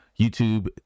YouTube